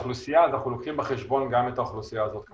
לאוכלוסייה אנחנו לוקחים בחשבון גם את האוכלוסייה הזאת כמובן.